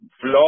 flow